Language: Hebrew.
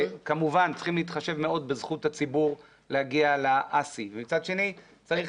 כמובן צריך להתחשב מאוד בזכות הציבור להגיע להאסי אבל מצד שני צריך